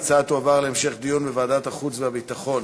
ההצעה תועבר להמשך דיון בוועדת החוץ והביטחון.